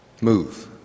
Move